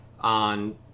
on